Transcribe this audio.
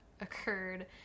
occurred